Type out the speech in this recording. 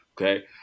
Okay